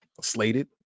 slated